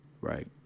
right